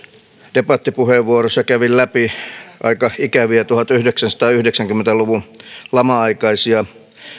debattipuheenvuorossa kävin läpi aika ikäviä tuhatyhdeksänsataayhdeksänkymmentä luvun laman aikaisia